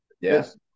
yes